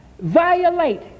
violate